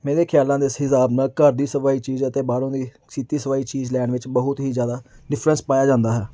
ਮੇਰੇ ਖਿਆਲਾਂ ਦੇ ਹਿਸਾਬ ਨਾਲ ਘਰ ਦੀ ਸਵਾਈ ਚੀਜ਼ ਅਤੇ ਬਾਹਰੋਂ ਦੀ ਸੀਤੀ ਸਵਾਈ ਚੀਜ਼ ਲੈਣ ਵਿੱਚ ਬਹੁਤ ਹੀ ਜ਼ਿਆਦਾ ਡਿਫਰੈਂਸ ਪਾਇਆ ਜਾਂਦਾ ਹੈ